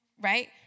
Right